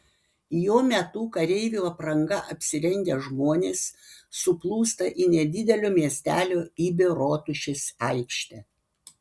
jo metu kareivių apranga apsirengę žmonės suplūsta į nedidelio miestelio ibio rotušės aikštę